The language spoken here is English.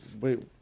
wait